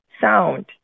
sound